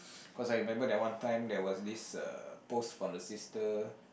cause I remember that one time there was this uh post from the sister